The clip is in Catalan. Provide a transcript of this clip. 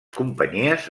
companyies